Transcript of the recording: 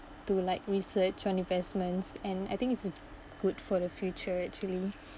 to like research on investments and I think it's a good for the future actually